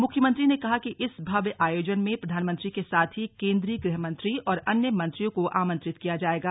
मुख्यमंत्री ने कहा कि इस भव्य आयोजन में प्रधानमंत्री के साथ ही केन्द्रीय गृह मंत्री और अन्य मंत्रियों को आमंत्रित किया जायेगा